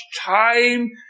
time